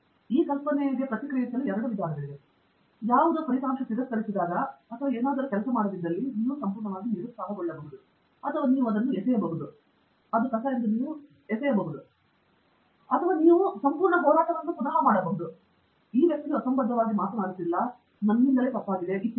ಈ ಕಲ್ಪನೆಯು ಇದಕ್ಕೆ ಪ್ರತಿಕ್ರಿಯಿಸಲು ಎರಡು ವಿಧಾನಗಳಿವೆ ಯಾವುದೋ ತಿರಸ್ಕರಿಸಿದಾಗ ಅಥವಾ ಏನಾದರೂ ಕೆಲಸ ಮಾಡದಿದ್ದಲ್ಲಿ ನೀವು ಸಂಪೂರ್ಣವಾಗಿ ನಿರುತ್ಸಾಹಗೊಳ್ಳಬಹುದು ಅಥವಾ ನೀವು ಅದನ್ನು ಎಸೆಯಬಹುದು ಅಥವಾ ನೀವು ಸಂಪೂರ್ಣ ಹೋರಾಟವನ್ನು ಪಡೆಯಬಹುದು ಹೇಳುವುದು ಈ ವ್ಯಕ್ತಿಯು ಅಸಂಬದ್ಧವಾಗಿ ಮಾತನಾಡುತ್ತಿಲ್ಲ ಇತ್ಯಾದಿ